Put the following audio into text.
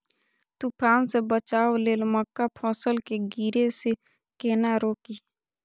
तुफान से बचाव लेल मक्का फसल के गिरे से केना रोकी?